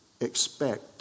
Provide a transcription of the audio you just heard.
expect